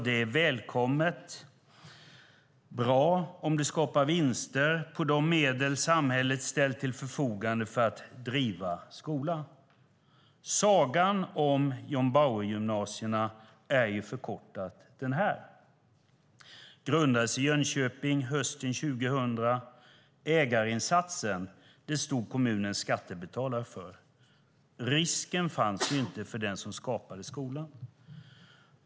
Det är bra om det skapar vinster på de medel som samhället ställt till förfogande för att driva skolan. Sagan om John Bauer-gymnasierna är förkortat denna: Koncernen grundades i Jönköping hösten 2000. Ägarinsatserna stod kommunens skattebetalare för. Risken fanns inte för den som skapade skolan.